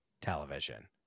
television